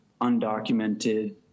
undocumented